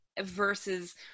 versus